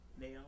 nail